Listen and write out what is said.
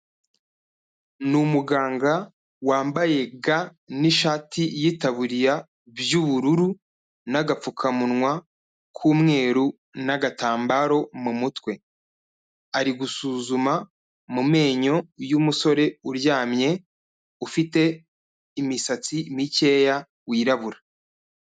Ni umuganga wambaye ga n'ishati y'itaburiya by'ubururu n'agapfukamunwa k'umweru n'agatambaro mu mutwe, ari gusuzuma mu menyo y'umusore uryamye ufite imisatsi mikeya wirabura.